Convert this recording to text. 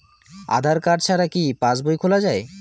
আধার card ছাড়া কি পাসবই খোলা যায়?